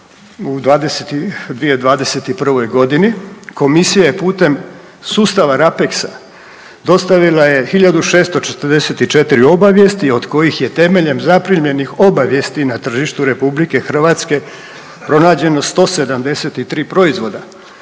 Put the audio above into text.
u 2021. godini komisija je putem sustava RAPEX-a dostavila je 1644 obavijesti od kojih je temeljem zapremljenih obavijesti na tržištu RH pronađeno 173 proizvoda,